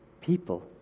people